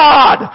God